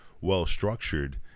well-structured